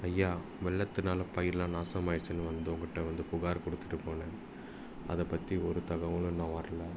ஐயா வெள்ளத்துனால் பயிரெல்லாம் நாசமாகிருச்சின்னு வந்து உங்கள்ட்ட வந்து புகார் கொடுத்துட்டுப் போனேன் அதைப் பற்றி ஒரு தகவலும் இன்னும் வரலை